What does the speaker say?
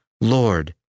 Lord